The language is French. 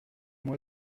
moi